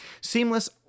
Seamless